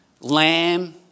lamb